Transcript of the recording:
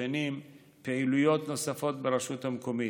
שכנים ופעילויות נוספות ברשות המקומית.